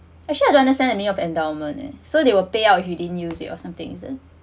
actually I don't understand any of endowment eh so they will payout if you didn't use it or something is it